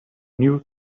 news